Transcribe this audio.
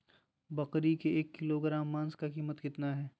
बकरी के एक किलोग्राम मांस का कीमत कितना है?